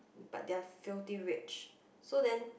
but they are filthy rich so then